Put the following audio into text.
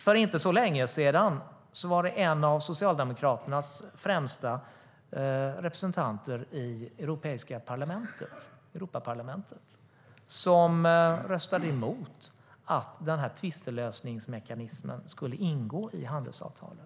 För inte så länge sedan var det en av Socialdemokraternas främsta representanter i Europaparlamentet som röstade emot att tvistlösningsmekanismen skulle ingå i handelsavtalet.